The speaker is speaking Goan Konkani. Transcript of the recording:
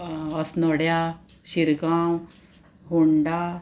अस्नोड्या शिरगांव होंडा